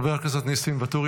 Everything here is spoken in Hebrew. חבר הכנסת ניסים ואטורי,